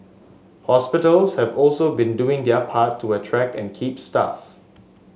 hospitals have also been doing their part to attract and keep staff